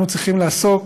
אנחנו צריכים לעסוק